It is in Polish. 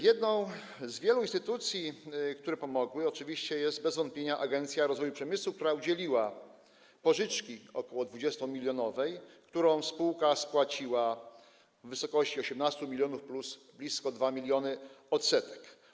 Jedną z wielu instytucji, które pomogły, oczywiście jest bez wątpienia Agencja Rozwoju Przemysłu, która udzieliła pożyczki w wysokości ok. 20 mln, którą spółka spłaciła w wysokości 18 mln plus blisko 2 mln odsetek.